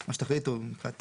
מה שתחליטו מבחינת